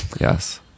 Yes